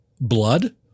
Blood